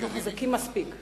אנחנו חזקים מספיק,